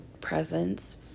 presents